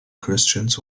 christians